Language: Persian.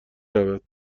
رود